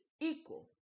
equal